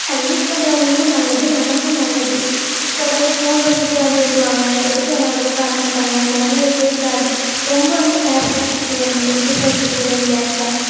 அதை யூஸ் பண்ணுறவங்களுக்கும் நல்லது நமக்கும் நல்லது சிலப் பேர் ஃபோன் பேசிகிட்டே வண்டி ஓட்டுவாங்க எதிக்க என்ன வருதுன்னு பார்க்க மாட்டாங்க அந்த மாதிரில்லாம் இருக்கவே கூடாது ரொம்ப ரொம்ப கேர்ஃபுல்லாக எடுத்துகிட்டு வரணும் லிக்கிஃபைடு பெட்ரோலியம் கேஸ்